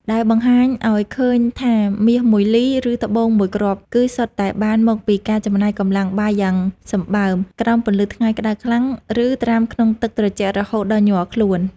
ដែលបង្ហាញឱ្យឃើញថាមាសមួយលី ឬត្បូងមួយគ្រាប់ គឺសុទ្ធតែបានមកពីការចំណាយកម្លាំងបាយយ៉ាងសំបើម ក្រោមពន្លឺថ្ងៃក្ដៅខ្លាំង ឬត្រាំក្នុងទឹកត្រជាក់រហូតដល់ញ័រខ្លួន។